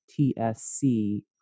TSC